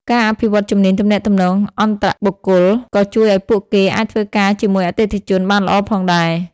ការអភិវឌ្ឍជំនាញទំនាក់ទំនងអន្តរបុគ្គល ក៏ជួយឲ្យពួកគេអាចធ្វើការជាមួយអតិថិជនបានល្អផងដែរ។